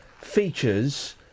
features